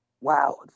wow